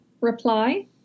reply